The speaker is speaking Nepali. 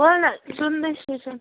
बोल न सुन्दै छु सु